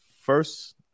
first